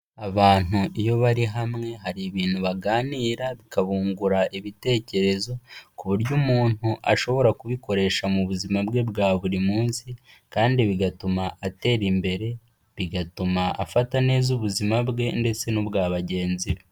Abantu iyo bari hamwe hari ibintu baganira bikabungura ibitekerezo, ku buryo umuntu ashobora kubikoresha mu buzima bwe bwa buri munsi, kandi bigatuma atera imbere, bigatuma afata neza ubuzima bwe ndetse n'ubwa bagenzi be.